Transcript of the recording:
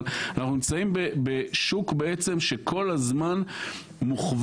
אבל אנחנו נמצאים בשוק שהוא בעצם כל הזמן מוכוון